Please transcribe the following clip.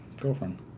girlfriend